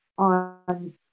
on